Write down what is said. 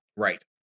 Right